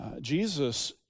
Jesus